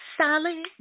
solid